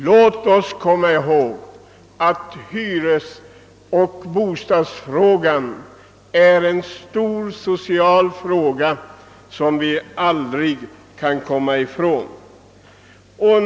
Låt oss komma ihåg att bostadsfrågan är en stor social fråga, som vi aldrig kan komma ifrån.